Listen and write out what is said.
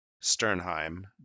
Sternheim